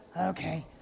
okay